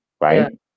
Right